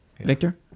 Victor